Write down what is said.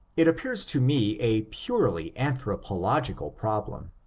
it appears to me a purely anthropological problem